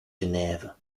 geneve